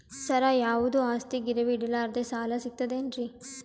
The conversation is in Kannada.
ಸರ, ಯಾವುದು ಆಸ್ತಿ ಗಿರವಿ ಇಡಲಾರದೆ ಸಾಲಾ ಸಿಗ್ತದೇನ್ರಿ?